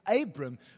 Abram